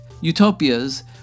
Utopias